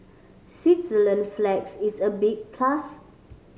Switzerland flags is a big plus